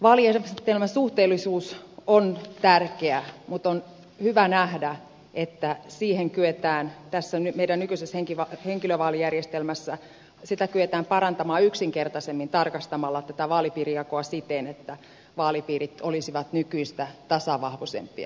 vaalijärjestelmän suhteellisuus on tärkeää mutta on hyvä nähdä että tässä meidän nykyisessä henkilövaalijärjestelmässämme tätä vaalipiirijakoa kyetään parantamaan yksinkertaisemmin tarkistamalla tätä vaalipiirijakoa siten että vaalipiirit olisivat nykyistä tasavahvuisempia